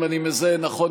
אם אני מזהה נכון,